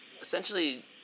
essentially